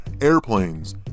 airplanes